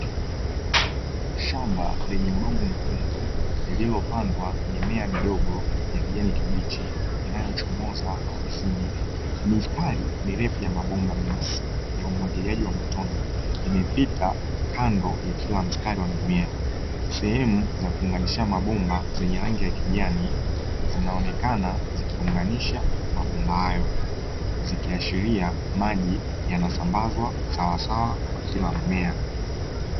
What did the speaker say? Shamba lenye udongo mwekundu lilipandwa mimea ndogo ya kijani kibichi inayochomoza ardhini, mistari mirefu ya mabomba nyeusi ya umwagiliaji wa motone imepita kando ya kila mstari wa mmea, sehemu za kulinganisha mabomba zenye rangi ya kijani zinaonekana zikiunganisha mabomba hayo zikiashiria maji yanasambazwa sawasawa kwa kila mmea.